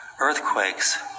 Earthquakes